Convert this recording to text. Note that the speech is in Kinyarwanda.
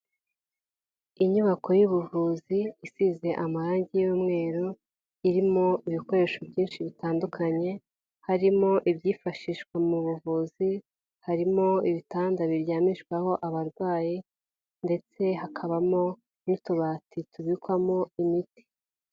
Inyubako y'ubuvuzi isize amarangi y'umweru irimo ibikoresho byinshi bitandukanye, harimo ibyifashishwa mu buvuzi, harimo ibitanda biryamishwaho abarwayi ndetse hakabamo n'utubati tubikwamo imiti.